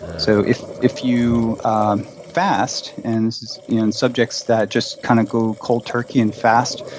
so, if if you fast, and and subjects that just kind of go cold-turkey and fast,